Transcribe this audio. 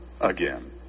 again